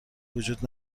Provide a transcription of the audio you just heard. وجود